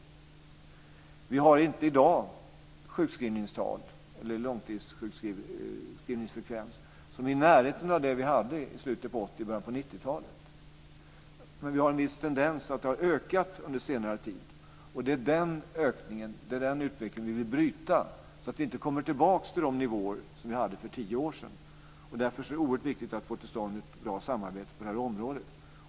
Vi har i dag inte någon sjukskrivningsfrekvens som är i närheten av den som vi hade i slutet av 80 talet och i början av 90-talet, men det finns en viss tendens till ökning under senare tid, och det är den utvecklingen som vi vill bryta så att vi inte kommer tillbaka till de nivåer som vi hade för tio år sedan. Därför är det oerhört viktigt att vi får till stånd ett bra samarbete på detta område.